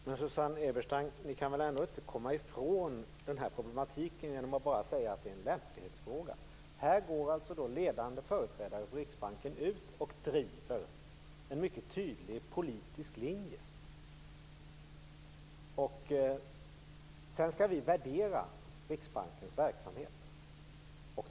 Herr talman! Ni kan väl ändå inte komma ifrån denna problematik genom att säga att det bara är en lämplighetsfråga, Susanne Eberstein? Ledande företrädare för Riksbanken går ut och driver en mycket tydlig politisk linje. Sedan skall vi värdera Riksbankens verksamhet.